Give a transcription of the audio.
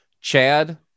Chad